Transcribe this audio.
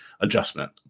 adjustment